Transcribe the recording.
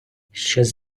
щось